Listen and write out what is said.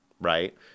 right